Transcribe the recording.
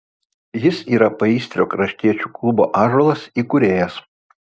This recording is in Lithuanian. jis yra paįstrio kraštiečių klubo ąžuolas įkūrėjas